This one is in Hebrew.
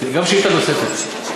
גם שאילתה נוספת.